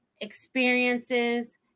experiences